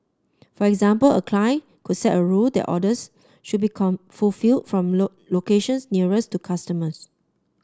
for example a client could set a rule that orders should be come fulfilled from look locations nearest to customers